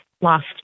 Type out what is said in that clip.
lost